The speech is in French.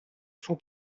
son